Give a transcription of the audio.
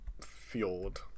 Fjord